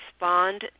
respond